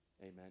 Amen